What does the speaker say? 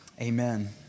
Amen